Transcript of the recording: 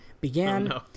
began